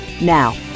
now